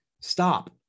stop